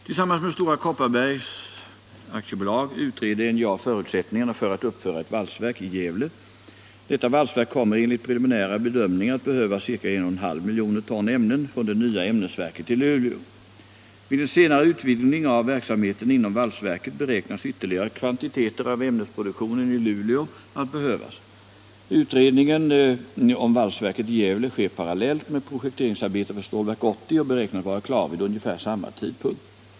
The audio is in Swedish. Tillsammans med Stora Kopparbergs Bergslags AB utreder NJA förutsättningarna för att uppföra ett valsverk i Gävle. Detta valsverk kommer enligt preliminära bedömningar att behöva ca 1,5 miljoner ton ämnen från det nya ämnesverket i Luleå: Vid en senare utvidgning av verksamheten inom valsverket beräknas ytterligare kvantiteter av ämnesproduktionen i Luleå att behövas. Utredningen om valsverket i Gävle sker parallellt med projekteringsarbetet för Stålverk 80 och beräknas vara klar vid ungefär samma tidpunkt.